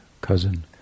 cousin